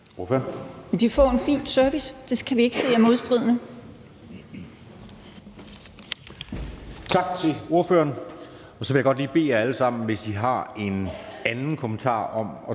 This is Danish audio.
De får en fin service. Det kan vi ikke se er modstridende.